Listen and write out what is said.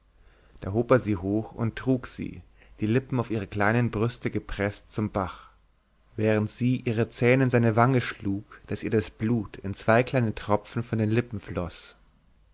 da hob er sie hoch und trug sie die lippen auf ihre kleinen brüste gepreßt zum bach während sie ihre zähne in seine wange schlug daß ihr das blut in zwei kleinen tropfen von den lippen floß